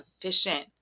efficient